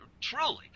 truly